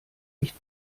nicht